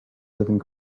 living